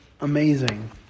amazing